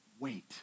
wait